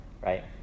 right